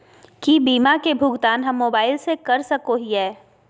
की बीमा के भुगतान हम मोबाइल से कर सको हियै?